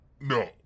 No